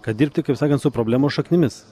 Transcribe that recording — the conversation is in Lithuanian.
kad dirbti kaip sakant su problemos šaknimis